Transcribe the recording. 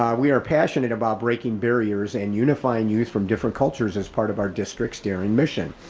um we are passionate about breaking barriers and unifying youth from different cultures as part of our district steering mission.